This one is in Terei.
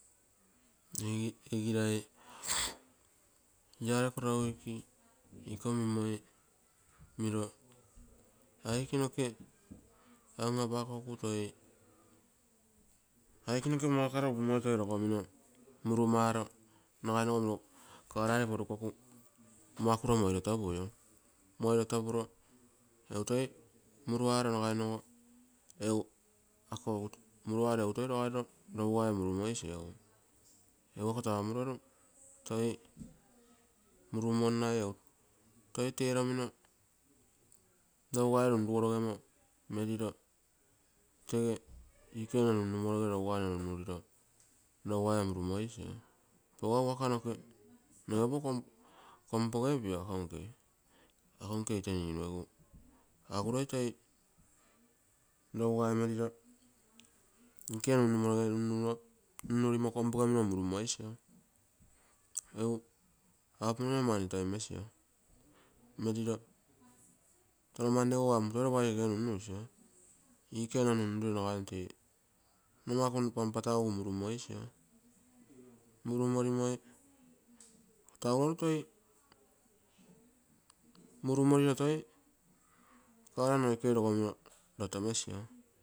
Nne igirai, lagere koro week iko mimoi, miro aike noke anapakoku toi. Aike noke makaro upumoi toi pogomino murumaro, nagainogo car gere porukoku muakuro moirotopuio, moirotopuro egu toi muruaro nagai ogo rougai murumoisio, egu ako taa amuroru toi murumonnai toi teromino, rugai runrugorogemo tege iko nunnumoroge rougai murumoisio, poga waka noke, noge opo kompogepio akonke ite ninu egu taa aguroi toi rougai meriro ikoge nunnurimo kompogeminno murumoisio. Egu apomino mani toi melio egu mani regu toi lopa ikoge nunnusi ikoge nno nunnurilo nagai tee numaku nno panpatagugu toi murumoisio murumorilo toi ear noikei rogomino lato mesio.